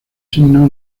sino